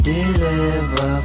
Deliver